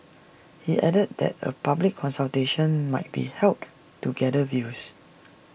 he added that A public consultation might be held to gather views